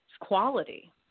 quality